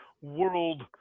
world